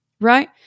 right